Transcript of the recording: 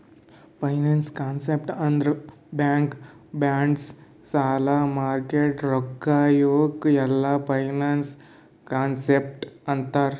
finance concept ಅಂದುರ್ bank bonds ಸಾಲ market ರೊಕ್ಕಾ ಇವುಕ್ ಎಲ್ಲಾ ಫೈನಾನ್ಸ್ ಕಾನ್ಸೆಪ್ಟ್ ಅಂತಾರ್